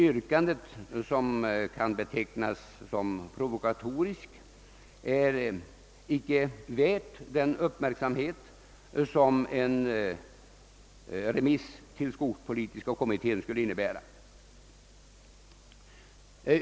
Yrkandet, som kan betecknas som provokatoriskt, är inte värt den uppmärksamhet som en remiss till skogspolitiska kommittén skulle innebära.